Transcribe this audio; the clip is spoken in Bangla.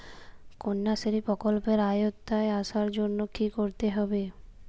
কন্যাশ্রী প্রকল্পের আওতায় আসার জন্য কী করতে হবে?